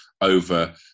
over